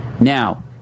Now